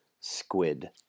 Squid